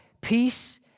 peace